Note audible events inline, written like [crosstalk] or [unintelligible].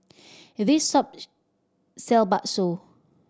this shop [unintelligible] sell bakso